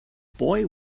boy